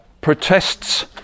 protests